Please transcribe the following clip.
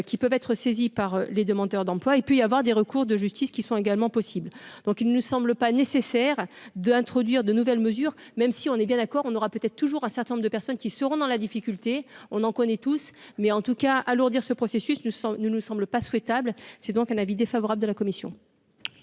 qui peuvent être saisis par les demandeurs d'emploi et puis avoir des recours de justice qui sont également possibles, donc il ne me semble pas nécessaire d'introduire de nouvelles mesures, même si on est bien d'accord, on aura peut-être toujours un certain nombre de personnes qui seront dans la difficulté, on en connaît tous mais en tout cas alourdir ce processus, nous ne nous semble pas souhaitable, c'est donc un avis défavorable de la commission.